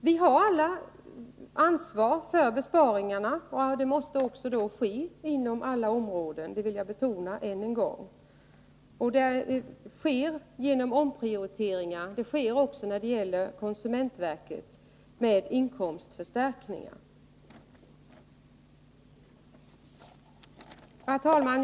Vi har alla ett ansvar för att besparingar görs, och detta måste ske inom alla områden, det vill jag betona än en gång. Besparingar på det nu aktuella området föreslås ske genom omprioriteringar och när det gäller konsumentverket även genom inkomstförstärkningar. Herr talman!